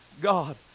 God